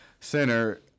center